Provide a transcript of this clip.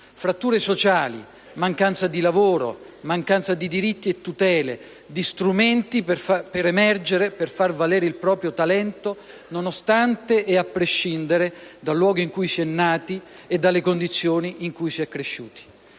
fratture sociali, mancanza di lavoro, mancanza di diritti e tutele, di strumenti per emergere e per far valere il proprio talento nonostante e a prescindere dal luogo in cui si è nati e dalle condizioni in cui si è cresciuti.